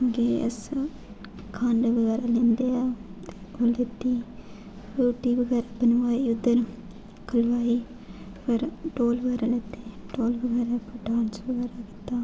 गे अस खंड बगैरा लैंदे उद्धर ओ लैती रुट्टी बगैरा बनवाई फिर ढोल आह्ले ढोल बगैरा लैते ढोल बगैरा उप्पर डांस बगैरा कीता